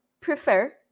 prefer